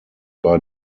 bei